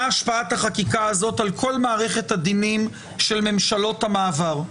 מה השפעת החקיקה הזאת על כל מערכת הדינים של ממשלות המעבר,